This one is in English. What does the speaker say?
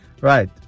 Right